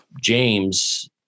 James